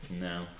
No